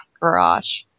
garage